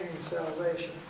salvation